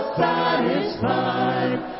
satisfied